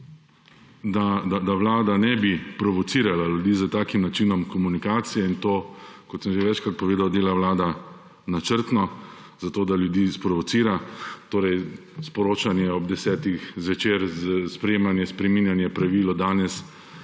da Vlada ne bi provocirala ljudi z takim načinom komunikacije in to, kot sem že večkrat povedal, dela Vlada načrtno, zato, da ljudi sprovocira. Torej, sporočanje ob desetih zvečer, z sprejemanje, spreminjanje pravil od danes